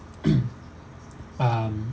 um